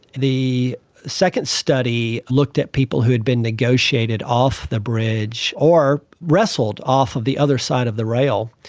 the second study looked at people who had been negotiated off the bridge or wrestled off of the other side of the rail.